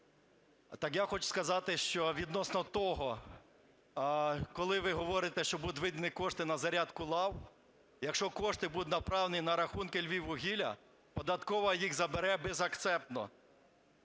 Так я хочу сказати, що відносно того, коли ви говорите, що будуть видані кошти на зарядку лав. Якщо кошти будуть направлені на рахунки Львіввугілля, податкова їх забере безакцептно.